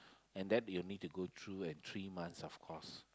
and then you need to go through a three months of course